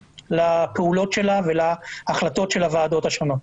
לפעולות שלה ולהחלטות של הוועדות השונות.